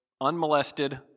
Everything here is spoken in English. unmolested